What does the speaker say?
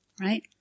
right